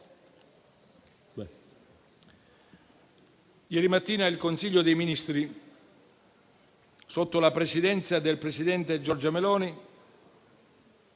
Ieri mattina il Consiglio dei ministri, sotto la Presidenza del presidente Giorgia Meloni,